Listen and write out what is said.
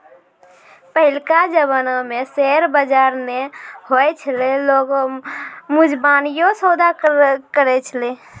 पहिलका जमाना मे शेयर बजार नै होय छलै लोगें मुजबानीये सौदा करै छलै